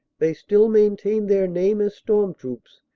they still maintained their name as storm troops,